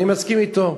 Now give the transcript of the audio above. אני מסכים אתו,